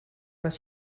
pas